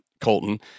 Colton